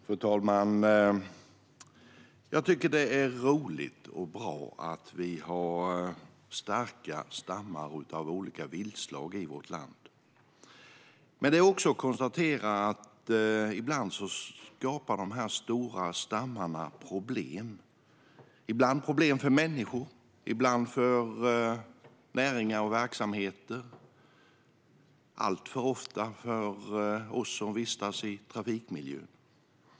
Fru talman! Jag tycker att det är roligt och bra att vi har starka stammar av olika viltslag i vårt land. Men jag kan också konstatera att dessa stora stammar ibland skapar problem - ibland för människor, ibland för näringar och verksamheter och alltför ofta för oss som vistas i trafikmiljön.